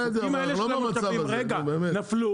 בסדר אנחנו לא במצב הזה, נו באמת.